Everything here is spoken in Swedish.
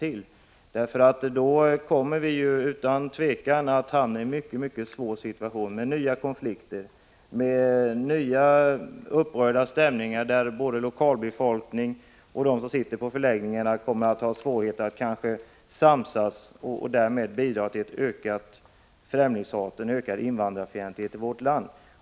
Om utflyttningen inte påskyndas kommer vi utan tvekan att hamna i en mycket svår situation med nya konflikter och nya upprörda stämningar. Både lokalbefolkning och de som sitter och väntar ute på förläggningarna kommer då kanske att ha svårt att samsas, och det bidrar till ett ökat främlingshat och en ökad invandrarfientlighet i vårt land.